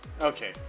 Okay